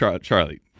Charlie